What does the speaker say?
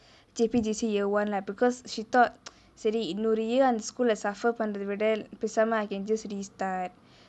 J_P_J_C year one lah because she thought சரி இன்னொரு:sari innoru year அந்த:antha school லே :lae suffer பண்றது விட பேசாமே:pandrathu vida pesaamae I can just restart